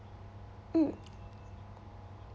mm